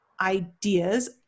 Ideas